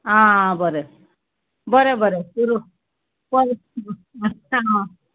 आं बरें बरें बरें पुरो हाडटा हांव